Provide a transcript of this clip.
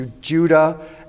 Judah